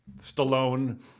Stallone